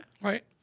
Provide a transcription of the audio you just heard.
Right